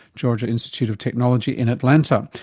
georgia institute of technology in atlanta,